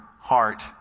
heart